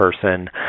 person